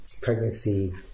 pregnancy